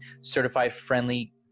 certified-friendly